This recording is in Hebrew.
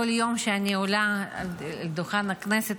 כל יום שאני עולה לדוכן הכנסת,